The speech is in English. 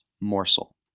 morsel